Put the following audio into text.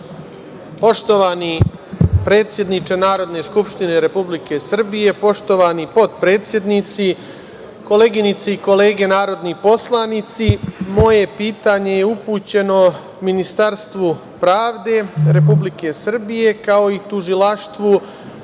Poštovani predsedniče Narodne skupštine Republike Srbije, poštovani potpredsednici, koleginice i kolege narodni poslanici, moje pitanje je upućeno Ministarstvu pravde Republike Srbije, kao i Tužilaštvu